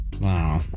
Wow